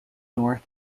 north